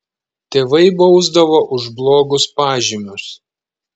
tėvai bausdavo už blogus pažymius